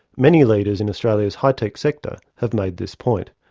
many leaders in australia's high tech sector have made this point.